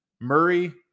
Murray